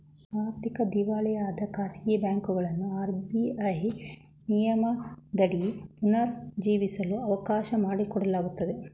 ಆರ್ಥಿಕ ದಿವಾಳಿಯಾದ ಖಾಸಗಿ ಬ್ಯಾಂಕುಗಳನ್ನು ಆರ್.ಬಿ.ಐ ನಿಯಮದಡಿ ಪುನರ್ ಜೀವಿಸಲು ಅವಕಾಶ ಮಾಡಿಕೊಡಲಾಗುತ್ತದೆ